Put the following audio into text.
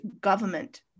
government